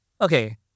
Okay